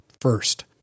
first